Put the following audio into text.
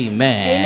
Amen